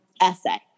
essay